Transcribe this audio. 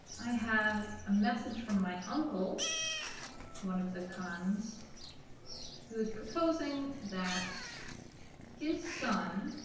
i have a message from my uncle one of the cons who is proposing that his son